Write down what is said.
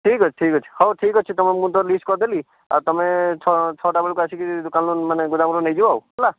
ଠିକ୍ ଅଛି ଠିକ୍ ଅଛି ହଉ ଠିକ୍ ଅଛି ତମ ମୁଁ ତ ଲିଷ୍ଟଟା କରିଦେଲି ଆଉ ତୁମେ ଛଅଟା ବେଳକୁ ଆସିକି ଦୋକାନରୁ ମାନେ ଗୋଦାମରୁ ନେଇଯିବ ଆଉ ହେଲା